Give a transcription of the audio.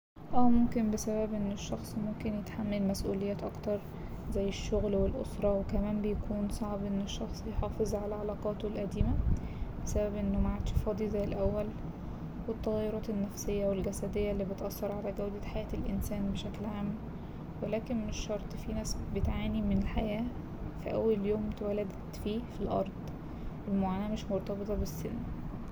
اه ممكن بسبب إن الشخص ممكن يتحمل مسئوليات أكتر زي الشغل والأسرة وكمان بيكون صعب إن الشخص يحافظ على علاقاته القديمة بسبب إنه معدش فاضي زي الأول والتغيرات النفسية والجسدية اللي بتأثرعلى جودة حياة الإنسان بشكل عام، ولكن مش شرط في ناس بتعاني من الحياة في أول يوم اتولدت فيه في الأرض المعاناة مش مرتبطة بالسن.